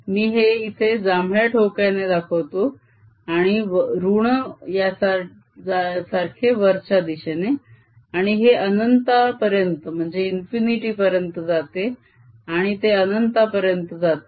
मी हे इथे जांभळ्या ठोकळ्याने दाखवतो आणि ऋण यासारखे वरच्या दिशेने आणि ते अनंतापर्यंत जाते आणि ते अनंतापर्यंत जाते